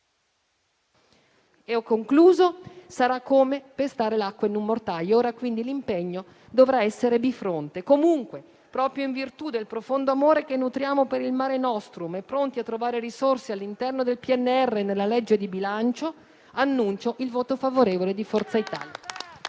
Sarà come pestare l'acqua in un mortaio. Ora, quindi, l'impegno dovrà essere bifronte. Proprio in virtù del profondo amore che nutriamo per il *Mare Nostrum* ed essendo pronti a trovare risorse all'interno del PNRR e nella legge di bilancio, annuncio il voto favorevole di Forza Italia.